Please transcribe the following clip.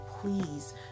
please